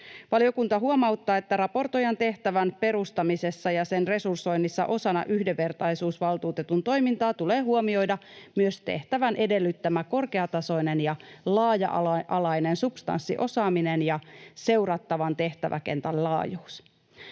Valiokunta huomauttaa, että raportoijan tehtävän perustamisessa ja sen resursoinnissa osana yhdenvertaisuusvaltuutetun toimintaa tulee huomioida myös tehtävän edellyttämä korkeatasoinen ja laaja-alainen subs-tanssiosaaminen ja seurattavan tehtäväkentän laajuus.